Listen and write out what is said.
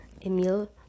Emil